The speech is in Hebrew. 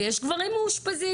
ויש גברים מאושפזים.